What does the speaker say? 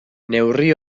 neurri